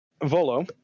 Volo